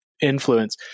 influence